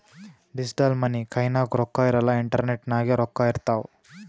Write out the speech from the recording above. digital money ಕೈನಾಗ್ ರೊಕ್ಕಾ ಇರಲ್ಲ ಇಂಟರ್ನೆಟ್ ನಾಗೆ ರೊಕ್ಕಾ ಇರ್ತಾವ್